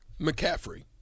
McCaffrey